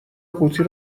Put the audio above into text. قوطی